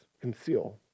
conceal